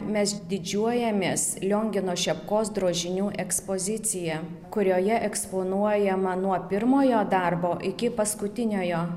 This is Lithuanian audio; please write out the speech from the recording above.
mes didžiuojamės liongino šepkos drožinių ekspozicija kurioje eksponuojama nuo pirmojo darbo iki paskutiniojo